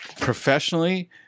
professionally